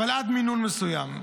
אבל עד מינון מסוים.